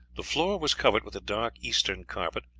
the floor was covered with a dark eastern carpet,